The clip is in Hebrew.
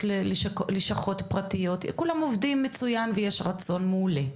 יש לשכות פרטיות וכולם עובדים מצוין ולכולם יש רצון מעולה.